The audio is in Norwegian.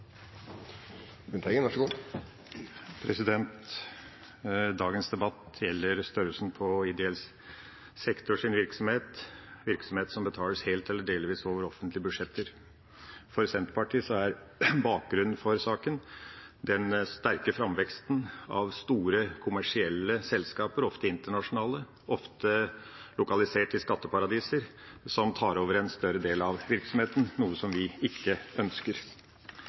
Dagens debatt gjelder størrelsen på ideell sektors virksomhet, virksomhet som betales helt eller delvis over offentlige budsjetter. For Senterpartiet er bakgrunnen for saken den sterke framveksten av store kommersielle selskaper, ofte internasjonale, ofte lokalisert i skatteparadiser, som tar over en større del av virksomheten, noe som vi ikke ønsker.